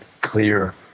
clear